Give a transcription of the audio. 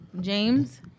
James